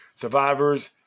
survivors